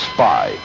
Spy